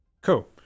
Cool